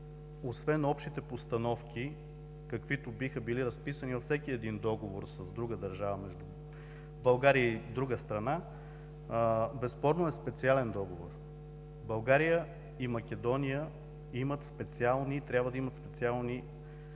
освен общите постановки, каквито биха били разписани във всеки един договор с друга държава – между България и друга страна, безспорно е специален Договор, България и Македония трябва да имат специални